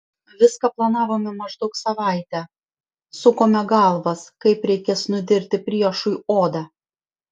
viską planavome maždaug savaitę sukome galvas kaip reikės nudirti priešui odą